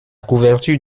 couverture